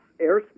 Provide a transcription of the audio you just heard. airspace